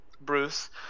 Bruce